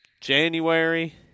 January